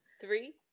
three